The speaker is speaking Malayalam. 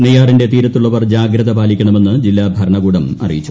നെയ്യാറിന്റെ തീരത്തുള്ളവർ ജാഗ്രത പാലിക്കണമെന്ന് ജില്ലാ ഭരണകൂടം അറിയിച്ചു